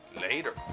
Later